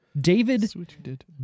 David